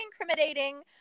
incriminating